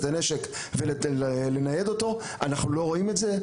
הנשק ולנייד אותו - אנחנו לא רואים את זה,